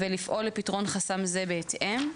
ולפעול לפתרון חסם זה בהתאם.